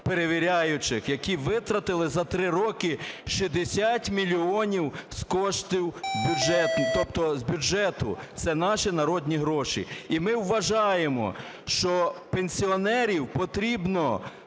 перевіряючих, які витратили за три роки 60 мільйонів коштів, тобто з бюджету, це наші народні гроші. І ми вважаємо, що пенсіонерів потрібно